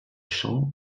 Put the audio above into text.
chant